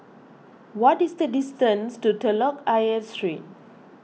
what is the distance to Telok Ayer Street